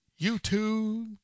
YouTube